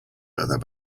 other